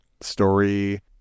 story